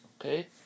okay